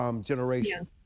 generation